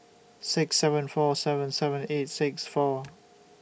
six seven four seven seven eight six four